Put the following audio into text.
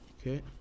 Okay